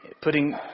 putting